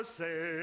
say